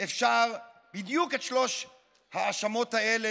אפשר לזקוף בדיוק את שלוש ההאשמות האלה